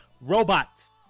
robots